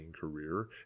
career